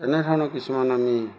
তেনেধৰণৰ কিছুমান আমি